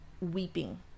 weeping